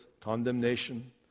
condemnation